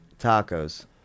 Tacos